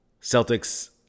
Celtics